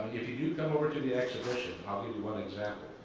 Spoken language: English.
if you do come over to the exhibition, i'll give you one example,